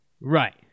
Right